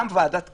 גם ועדת קמיניץ,